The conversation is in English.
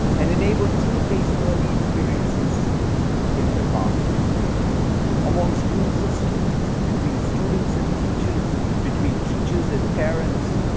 and enable team-based learning experiences in the classroom amongst groups of students, between students and teachers, between teachers and parents.